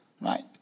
Right